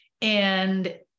and-